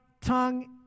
tongue